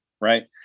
right